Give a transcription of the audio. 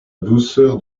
douceur